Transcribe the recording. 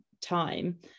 time